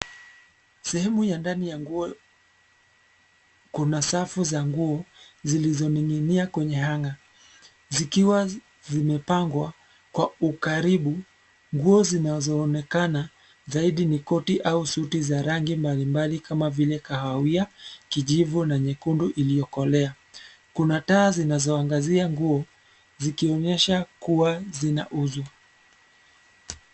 Sehemu ya ndani ya nguo, kuna safu za nguo, zilizoning'inia kwenye hanga. Zikiwa zimepangwa kwa ukaribu, nguo zinazoonekana, zaidi ni koti au suti za rangi mbalimbali kama vile: kahawia, kijivu, na nyekundu iliyokolea. Kuna taa zinazoangazia nguo, zikionyesha kuwa zinauzwa.